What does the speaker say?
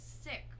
sick